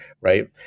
right